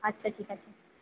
আচ্ছা ঠিক আছে